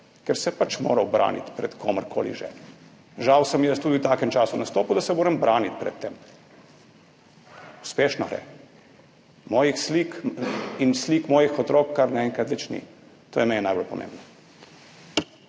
se je pač moral braniti pred komerkoli že. Žal sem jaz tudi v takem času nastopil, da se moram braniti pred tem. Uspešno gre, mojih slik in slik mojih otrok kar naenkrat več ni. To je meni najbolj pomembno.